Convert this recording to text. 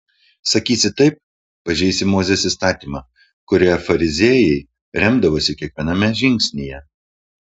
sakysi taip pažeisi mozės įstatymą kuriuo fariziejai remdavosi kiekviename žingsnyje